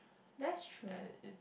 that's true